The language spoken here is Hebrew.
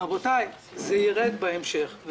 רבותי, זה ירד בהמשך.